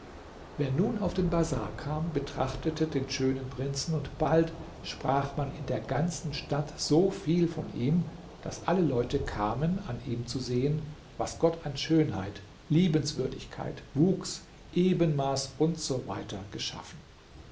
wer nun auf den bazar kam betrachtete den schönen prinzen und bald sprach man in der ganzen stadt so viel von ihm daß alle leute kamen an ihm zu sehen was gott an schönheit liebenswürdigkeit wuchs ebenmaß usw geschaffen